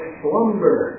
slumber